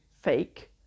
fake